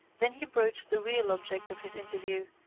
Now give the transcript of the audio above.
then he broached the real object of his interview,